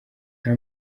nta